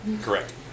Correct